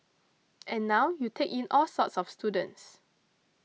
and now you take in all sorts of students